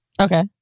okay